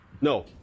No